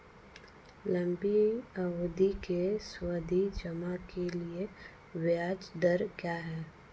लंबी अवधि के सावधि जमा के लिए ब्याज दर क्या है?